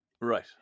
right